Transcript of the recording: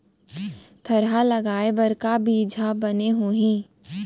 थरहा लगाए बर का बीज हा बने होही?